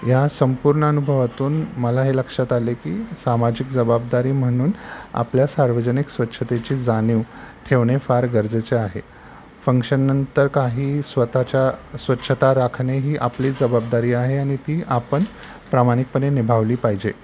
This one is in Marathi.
या संपूर्ण अनुभवातून मला हे लक्षात आले की सामाजिक जबाबदारी म्हणून आपल्या सार्वजनिक स्वच्छतेची जाणीव ठेवणे फार गरजेचे आहे फंक्शननंतर काही स्वत च्या स्वच्छता राखणे ही आपली जबाबदारी आहे आणि ती आपण प्रामाणिकपणे निभावली पाहिजे